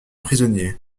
prisonnier